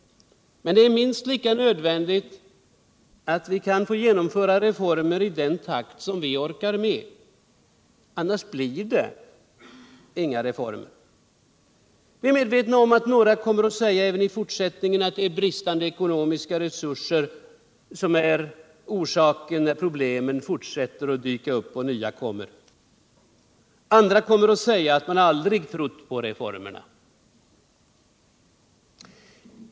Men det är minst lika nödvändigt utt vi får genomföra reformerna i den takt vi orkar med: annars blir det inga reformer. Vi är medvetna om att några kommer att säga även i fortsättningen all det är bristande ekonomiska resurser som är orsaken. när problemen fortsätter att dyka upp. Andra kommer att säga att de aldrig trott på reformerna.